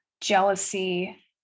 jealousy